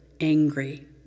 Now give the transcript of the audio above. angry